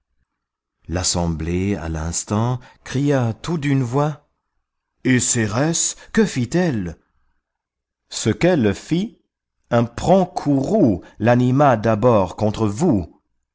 l'assemblée à l'instant cria tout d'une voix et cérès que fit-elle ce qu'elle fit un prompt courroux l'anima d'abord contre vous